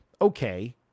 okay